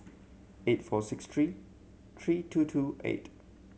eight four six three three two two eight